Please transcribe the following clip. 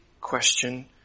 question